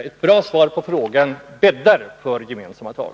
Ett bra svar på frågan bäddar för gemensamma tag.